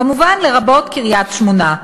כמובן לרבות קריית-שמונה.